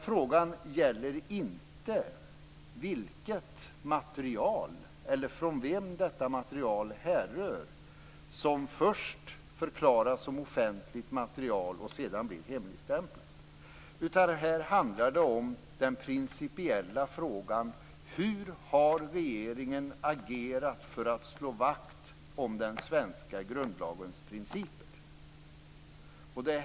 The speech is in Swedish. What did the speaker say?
Frågan gäller inte heller från vem detta material, som först förklarats som offentligt material och sedan blir hemligstämplat, härrör, utan det handlar om den principiella frågan hur regeringen har agerat för att slå vakt om den svenska grundlagens principer.